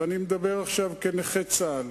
ואני מדבר עכשיו כנכה צה"ל,